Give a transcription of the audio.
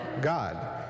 God